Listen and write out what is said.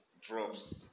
drops